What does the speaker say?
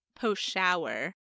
post-shower